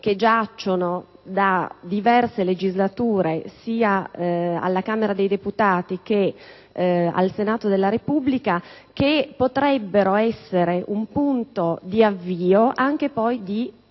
che giacciono da diverse legislature, sia alla Camera dei deputati che al Senato della Repubblica, che potrebbero essere un punto di avvio anche di azioni